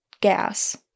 gas